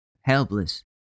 helpless